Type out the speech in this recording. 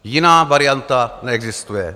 Jiná varianta neexistuje.